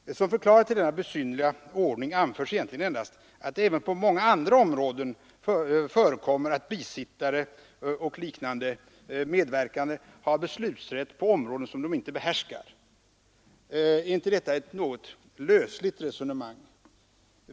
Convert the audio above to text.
Såsom förklaring till denna besynnerliga ordning anförs egentligen endast att det även på många andra områden förekommer att bisittare och liknande medverkande har beslutsrätt i frågor som de inte behärskar. Är inte detta ett något lösligt resonemang?